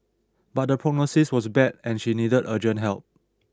but the prognosis was bad and she needed urgent help